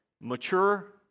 mature